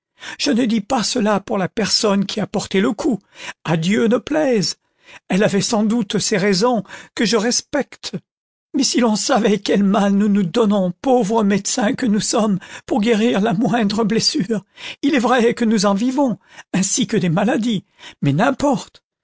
je ne dis pas cela pour la personne qui a porté le coup a dieu ne plaise elle avait sans doute ses raisons que je res pecte mais si l'on savait quel mal nous nous donnons pauvres médecins que nous sommes pour guérir la moindre blessure il est vrai que nous en vivons ainsi nue des maladies mais n'importe